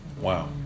Wow